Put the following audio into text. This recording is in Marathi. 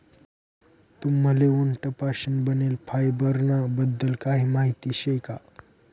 तुम्हले उंट पाशीन बनेल फायबर ना बद्दल काही माहिती शे का?